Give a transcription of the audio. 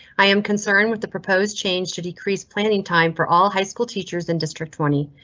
i am concerned with the proposed change to decrease planning time for all high school teachers in district twenty.